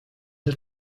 der